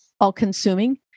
all-consuming